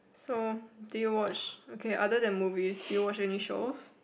so do you watch okay other than movies do you watch any shows